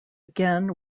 again